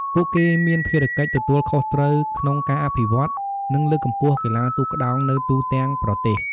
ពួកគេមានភារកិច្ចទទួលខុសត្រូវក្នុងការអភិវឌ្ឍន៍ និងលើកកម្ពស់កីឡាទូកក្ដោងនៅទូទាំងប្រទេស។